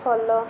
follow